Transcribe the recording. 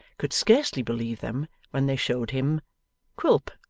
could scarcely believe them when they showed him quilp!